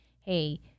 hey